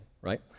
right